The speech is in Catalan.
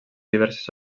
diverses